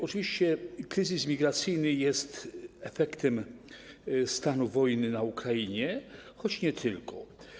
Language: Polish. Oczywiście kryzys migracyjny jest efektem stanu wojny na Ukrainie, choć nie tylko.